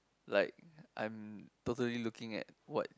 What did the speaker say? like I'm totally looking at what